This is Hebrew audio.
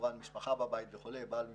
משפחה בבית וכו' או בעל במילואים,